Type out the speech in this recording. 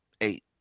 Eight